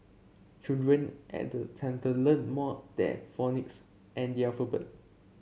children at the centre learn more than phonics and the alphabet